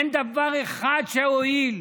אין דבר אחד שהועיל.